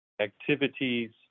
activities